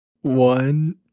One